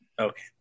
Okay